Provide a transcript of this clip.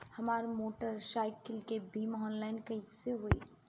हमार मोटर साईकीलके बीमा ऑनलाइन कैसे होई?